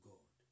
God